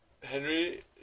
henry